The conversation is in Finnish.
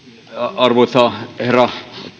arvoisa herra